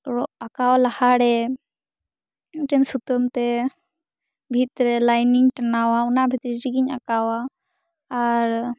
ᱟᱠᱟᱣ ᱞᱟᱦᱟ ᱨᱮ ᱢᱤᱫᱴᱮᱱ ᱥᱩᱛᱟᱹᱢ ᱛᱮ ᱵᱷᱤᱛ ᱨᱮ ᱞᱟᱹᱭᱤᱱᱤᱧ ᱴᱟᱱᱟᱣᱟ ᱚᱱᱟ ᱵᱷᱤᱛᱤᱨ ᱨᱮᱜᱮᱧ ᱟᱠᱟᱣᱟ ᱟᱨ